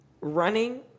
running